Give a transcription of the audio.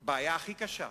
ולנו יש הבעיה הכי קשה,